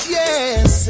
yes